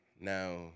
now